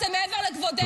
זה מעבר לכבודך.